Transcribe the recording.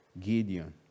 Gideon